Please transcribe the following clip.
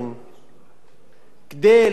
ליידע את העובד